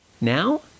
Now